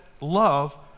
love